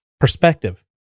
perspective